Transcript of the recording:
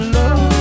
love